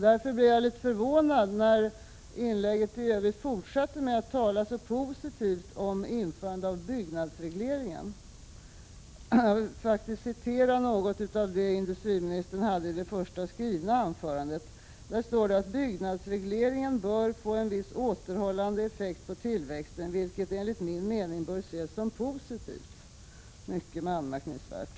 Därför blev jag litet förvånad när han i sitt inlägg fortsatte med att tala så positivt om införandet av byggregleringen. Jag vill citera något av det industriministern sade i interpellationssvaret ”Byggregleringen—-- bör också få en viss återhållande effekt på tillväxten— —-, vilket enligt min mening bör ses som positivt---”. — Detta är mycket anmärkningsvärt.